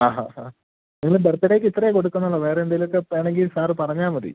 ആ ഹാ ഹാ നിങ്ങൾ ബർത്ത്ഡേയ്ക്ക് ഇത്രയേ കൊടുക്കുന്നുള്ളോ വേറെ എന്തെങ്കിലുമൊക്കെ വേണമെങ്കിൽ സാറ് പറഞ്ഞാൽ മതി